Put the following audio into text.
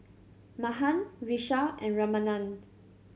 Mahan Vishal and Ramanand